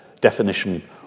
definition